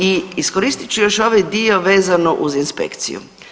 I iskoristit ću još ovaj dio vezano uz inspekciju.